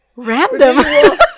random